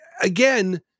again